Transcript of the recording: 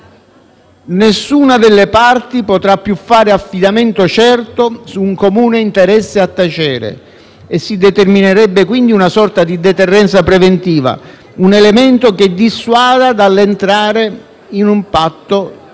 nessuna delle parti potrà più fare affidamento certo su un comune interesse a tacere e si determinerebbe quindi una sorta di deterrenza preventiva, un elemento che dissuada dall'entrare in un patto